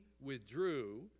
withdrew